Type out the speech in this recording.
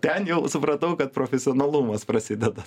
ten jau supratau kad profesionalumas prasideda